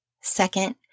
Second